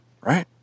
right